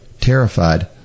terrified